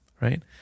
right